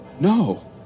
No